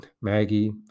Maggie